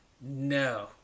No